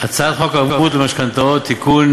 הצעת חוק ערבות למשכנתאות (תיקון,